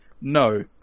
No